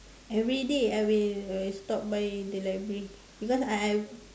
everyday I will I will stop by the library because I I